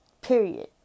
period